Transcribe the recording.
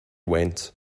went